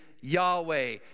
Yahweh